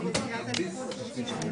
חברת הכנסת שרן השכל,